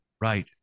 Right